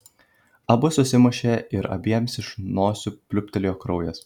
abu susimušė ir abiems iš nosių pliūptelėjo kraujas